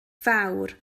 fawr